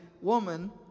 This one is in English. woman